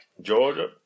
Georgia